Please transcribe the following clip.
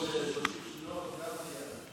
עוד 30 שניות.